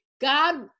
God